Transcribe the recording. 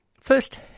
first